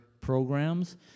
programs